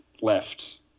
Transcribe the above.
left